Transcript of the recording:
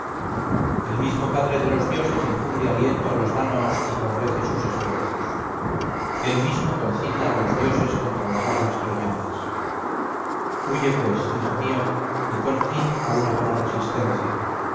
el mismo padre de los dioses infunde aliento a los dánaos y favorece sus esfuerzos él mismo concita a los dioses contra las armas troyanas huye pues hijo mío y pon fin a una vana resistencia